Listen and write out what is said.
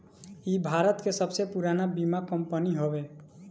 इ भारत के सबसे पुरान बीमा कंपनी हवे